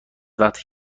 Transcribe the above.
وقتی